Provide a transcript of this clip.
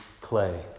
clay